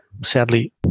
sadly